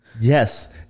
Yes